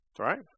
Right